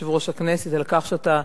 יושב-ראש הכנסת, על כך שאתה